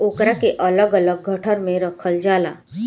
ओकरा के अलग अलग गट्ठर मे रखल जाला